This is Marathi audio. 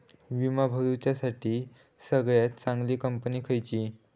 विमा भरुच्यासाठी सगळयात चागंली कंपनी खयची?